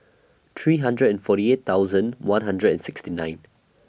three hundred and forty eight thousand one hundred and sixty nine